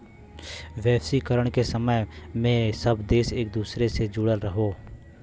वैश्वीकरण के समय में सब देश एक दूसरे से जुड़ल हौ